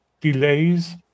delays